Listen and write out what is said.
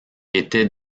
étaient